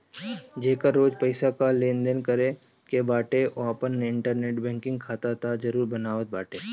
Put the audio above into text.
जेकरा रोज पईसा कअ लेनदेन करे के बाटे उ आपन इंटरनेट बैंकिंग खाता तअ जरुर बनावत बाटे